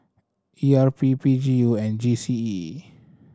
E R P P G U and G C E